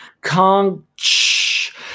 conch